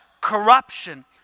corruption